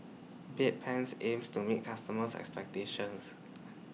Bedpans aims to meet customers' expectations